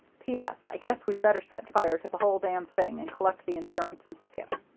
p s. i guess we'd better set fire to the whole damn thing and collect the insurance and skip.